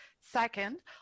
second